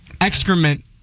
excrement